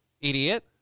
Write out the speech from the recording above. idiot